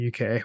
UK